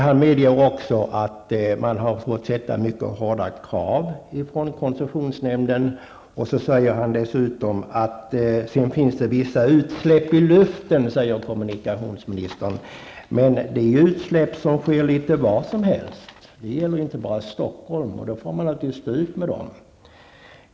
Han medger också att man har fått ställa mycket hårda krav från koncessionsnämnden och säger dessutom att det finns vissa utsläpp i luften, men att de sker litet var som helst. Det gäller inte bara Stockholm, och då får man naturligtvis stå ut med dem.